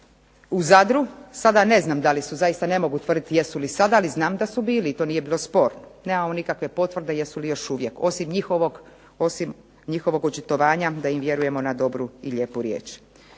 u Zadru, sada ne znam da li su zaista, ne mogu tvrditi jesu li sada, ali znam da su bili, i to nije bilo sporno. Nemamo nikakve potvrde jesu li još uvijek, osim njihovog očitovanja da im vjerujemo na dobru i lijepu riječ.